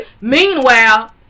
Meanwhile